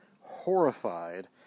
horrified